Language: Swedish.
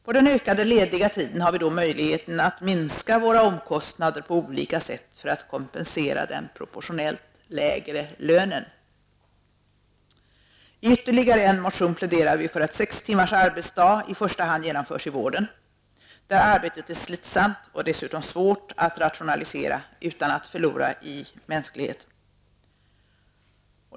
På den ökade lediga tiden har vi då möjlighet att minska våra omkostnader på olika sätt för att kompensera den proportionellt lägre lönen. I ytterligare en motion pläderar vi för att sex timmars arbetsdag i första hand genomförs i vården, där arbetet är slitsamt och dessutom svårt att rationalisera utan att förlora i mänsklighet.